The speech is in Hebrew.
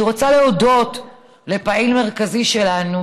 אני רוצה להודות לפעיל מרכזי שלנו,